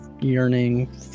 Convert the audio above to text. yearning